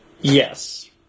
Yes